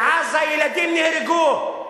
בעזה ילדים נהרגו.